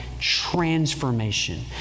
transformation